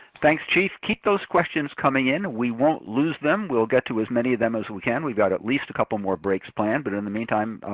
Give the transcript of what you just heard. thanks, chief. keep those questions coming in. we won't lose them. we'll get to as many of them as we can. we've got at least a couple more breaks planned, but in the meantime,